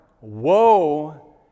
Woe